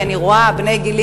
כי אני רואה בני גילי,